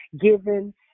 given